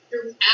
throughout